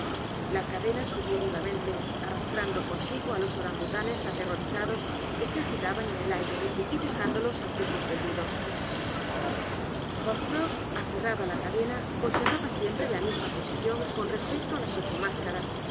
la cadena subió vivamente arrastrando consigo á los orangutanes aterrorizados que se agitaban en el aire y dejándolos así suspendidos hop frog aferrado á la cadena conservaba siempre la misma posición con respecto á las ocho mascaras